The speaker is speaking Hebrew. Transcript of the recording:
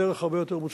בדרך הרבה יותר מוצלחת.